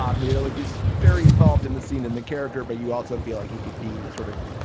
um and like he's very involved in the scene in the character. but you also feel like he could be sort of,